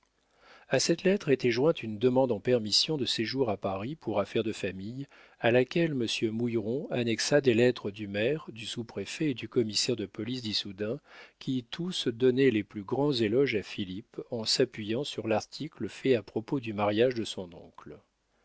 a cette lettre était jointe une demande en permission de séjour à paris pour affaires de famille à laquelle monsieur mouilleron annexa des lettres du maire du sous-préfet et du commissaire de police d'issoudun qui tous donnaient les plus grands éloges à philippe en s'appuyant sur l'article fait à propos du mariage de son oncle